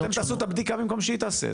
שאתם תעשו את הבדיקה במקום שהיא תעשה,